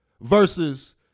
versus